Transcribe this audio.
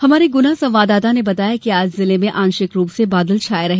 हमारे गुना संवाददाता ने बताया है कि आज जिले में आंशिक रूप से बादल छाये रहे